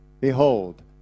Behold